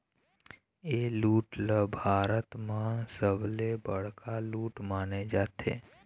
ए लूट ल भारत म सबले बड़का लूट माने जाथे